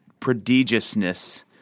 prodigiousness